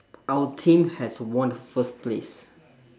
our team has won the first place